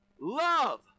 love